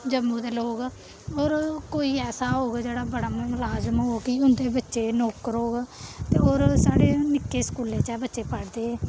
जम्मू दे लोक होर कोई ऐसा होग जेह्ड़ा बड़ा मलाज्म होग ते जेह्दे बच्चे नौकर होग ते होर साढ़े निक्के स्कूलें च गै बच्चे पढ़दे